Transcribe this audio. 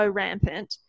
rampant